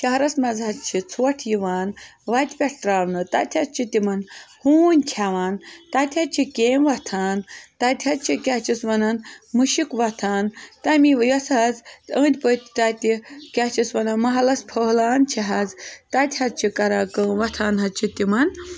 شہرَس منٛز حظ چھِ ژھۄٹھ یِوان وَتہِ پؠٹھ ترٛاونہٕ تَتہِ حظ چھِ تِمَن ہوٗنۍ کھؠوان تَتہِ حظ چھِ کیٚمۍ وۄتھان تَتہِ حظ چھِ کیٛاہ چھِس وَںان مُشِک وۄتھان تَمی وۄنۍ یۄس آز أنٛدۍ پٔکۍ تَتہِ کیٛاہ چھِس وَنان محلَس پھٲہلان چھِ حظ تَتہِ حظ چھِ کران کٲم وۄتھان حظ چھِ تِمَن